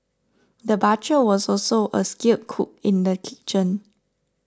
the butcher was also a skilled cook in the kitchen